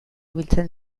biltzen